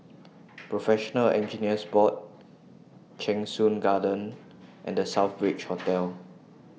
Professional Engineers Board Cheng Soon Garden and The Southbridge Hotel